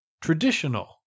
traditional